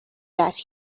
that